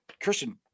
Christian